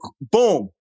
boom